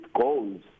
goals